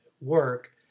work